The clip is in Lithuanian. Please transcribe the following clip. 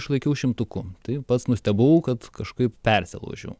išlaikiau šimtuku tai pats nustebau kad kažkaip persilaužiau